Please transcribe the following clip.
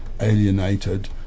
alienated